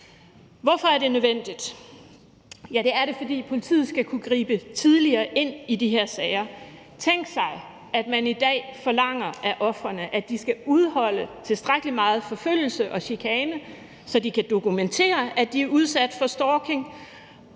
Hvorfor er det nødvendigt? Det er det, fordi politiet skal kunne gribe tidligere ind i de her sager. Tænk sig, at man i dag forlanger af ofrene, at de skal udholde tilstrækkelig meget forfølgelse og chikane, så de kan dokumentere, at de er udsat for stalking,